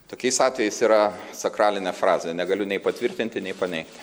tokiais atvejais yra sakralinė frazė negaliu nei patvirtinti nei paneigt